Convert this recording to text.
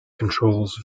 controls